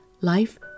life